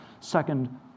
second